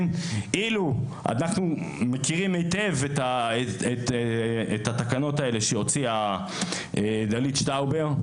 אנחנו מכירים היטב את התקנות האלה שהוציאה דלית שטאובר.